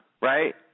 Right